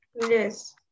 Yes